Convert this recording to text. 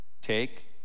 Take